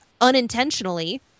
unintentionally